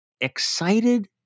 excited